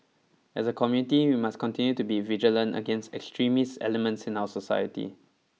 as a community we must continue to be vigilant against extremist elements in our society